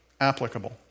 applicable